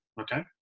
Okay